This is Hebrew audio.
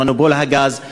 מונופול הגז,